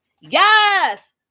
Yes